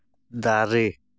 ᱫᱟᱨᱮ